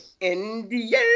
India